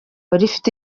rifite